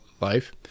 life